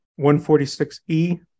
146E